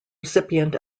recipient